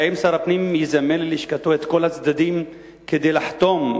האם שר הפנים יזמן ללשכתו את כל הצדדים כדי לחתום,